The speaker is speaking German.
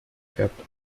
färbt